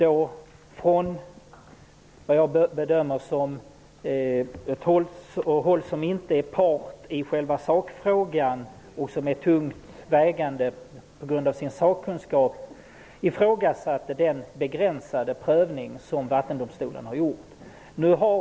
Kritiken kom från ett håll som inte är part i själva sakfrågan men som är tungt vägande på grund av sin sakkunskap. Man ifrågasatte den begränsade prövning som Vattendomstolen har gjort.